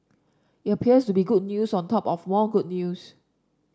it appears to be good news on top of more good news